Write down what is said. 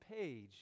page